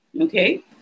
Okay